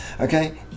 okay